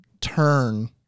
turn